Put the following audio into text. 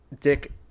Dick